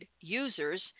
users